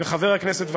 וחבר הכנסת וקנין,